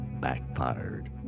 backfired